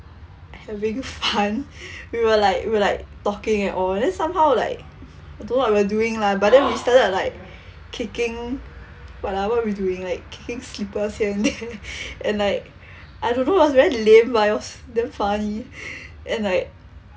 having fun we were like we were like talking and all then somehow like I don't know what we were doing lah but then we started like kicking what like what were we doing like kicking slippers and there and like I don't know lah it was very lame but it was damn funny and like